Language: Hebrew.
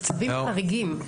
זה צווים חריגים.